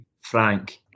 Frank